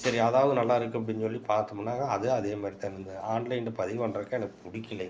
சரி அதாவது நல்லா இருக்கும் அப்படின்னு சொல்லி பாத்தோம்னாக்கா அது அதே மாதிரி தான் இருந்தது ஆன்லைனில் பதிவு பண்றதுக்கே எனக்கு பிடிக்கிலைங்க